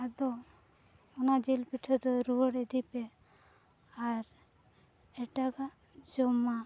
ᱟᱫᱚ ᱚᱱᱟ ᱡᱤᱞ ᱯᱤᱴᱷᱟᱹ ᱫᱚ ᱨᱩᱣᱟᱹᱲ ᱤᱫᱤᱭ ᱯᱮ ᱟᱨ ᱮᱴᱟᱜᱟᱜ ᱡᱚᱢᱟᱜ